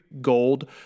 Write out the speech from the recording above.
gold